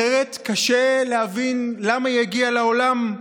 אחרת, קשה להבין למה היא הגיעה לעולם,